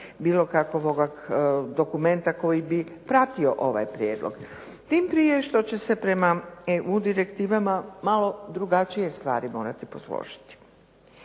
bilo kakvoga dokumenta koji bi pratio ovaj prijedlog. Tim prije što će se prema EU direktivama malo drugačije stvari morati posložiti.